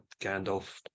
Gandalf